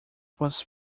was